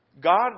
God